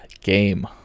game